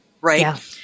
right